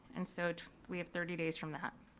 and so we have thirty days from that.